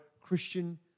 Christian